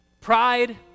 pride